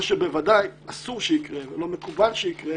מה שבוודאי אסור שיקרה או לא מקובל שיקרה,